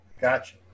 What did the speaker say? gotcha